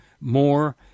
more